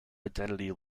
identity